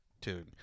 tune